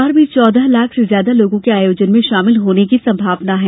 इस बार भी चौदह लाख से ज्यादा लोगों के इस आयोजन में शामिल होनें की संभावना है